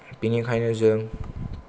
बेनिखायनो जों